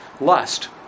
Lust